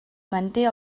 manté